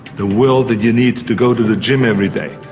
the will that you need to go to the gym every day.